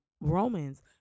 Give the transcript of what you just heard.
Romans